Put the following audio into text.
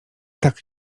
tak